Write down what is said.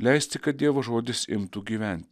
leisti kad dievo žodis imtų gyventi